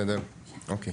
בסדר, אוקיי.